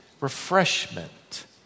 refreshment